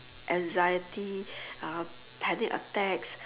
anxiety uh panic attacks